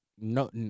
no